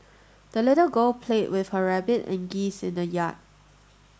the little girl played with her rabbit and geese in the yard